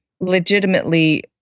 legitimately